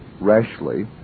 rashly